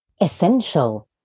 essential